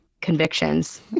convictions